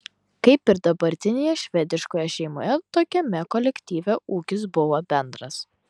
kaip ir dabartinėje švediškoje šeimoje tokiame kolektyve ūkis buvo bendras